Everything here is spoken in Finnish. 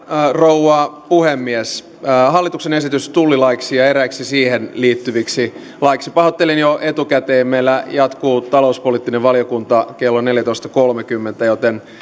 rouva puhemies hallituksen esitys tullilaiksi ja eräiksi siihen liittyviksi laeiksi pahoittelen jo etukäteen meillä jatkuu talouspoliittinen valiokunta kello neljätoista kolmekymmentä